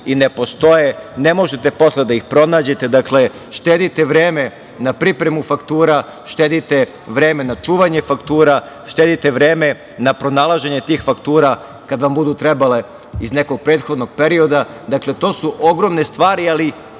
i ne postoje, ne možete posle da ih pronađete. Dakle, štedite vreme na pripremu faktura, štedite vreme na čuvanje faktura, štedite vreme na pronalaženje tih faktura kada vam budu trebale iz nekog prethodnog perioda. Dakle, to su ogromne stvari, ali